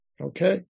Okay